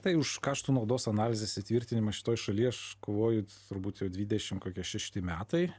tai už kaštų naudos analizės įtvirtinimą šitoj šaly aš kovoju turbūt jau dvidešim kokie šešti metai